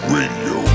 Radio